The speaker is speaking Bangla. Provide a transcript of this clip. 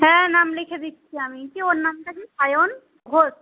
হ্যাঁ নাম লিখে দিচ্ছি আমি কী ওর নামটা কী সায়ন ঘোষ